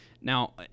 Now